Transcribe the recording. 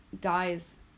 guys